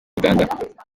uganda